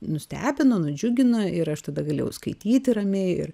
nustebino nudžiugino ir aš tada galėjau skaityti ramiai ir